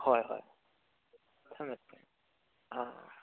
ꯍꯣꯏ ꯍꯣꯏ ꯊꯝꯃꯦ ꯊꯝꯃꯦ ꯑꯥ